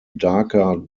darker